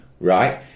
right